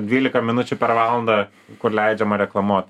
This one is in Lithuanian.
dvylika minučių per valandą kur leidžiama reklamuot